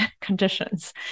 conditions